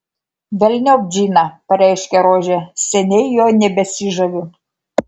velniop džiną pareiškė rožė seniai juo nebesižaviu